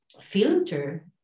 filter